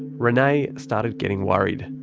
renay started getting worried.